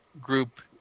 group